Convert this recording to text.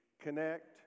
connect